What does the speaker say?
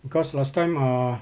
because last time ah